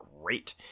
Great